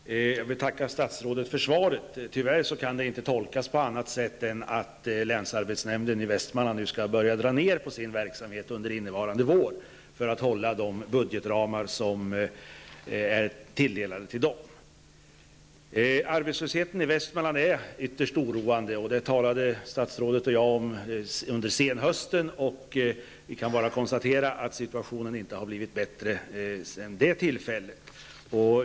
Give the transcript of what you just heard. Fru talman! Jag vill tacka statsrådet för svaret. Tyvärr kan det inte tolkas på annat sätt än att länsarbetsnämnden i Västmanlands län nu skall börja dra ner på sin verksamhet under innevarande vår för att hålla de budgetramar som bestämts. Arbetslösheten i Västmanland är ytterst oroande. Det talade statsrådet och jag om under senhösten, och vi kan bara konstatera att situationen inte har blivit bättre sedan det tillfället.